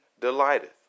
delighteth